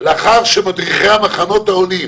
לאחר שמדריכי מחנות העולים